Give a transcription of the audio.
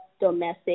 domestic